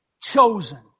Chosen